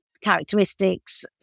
characteristics